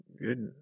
Good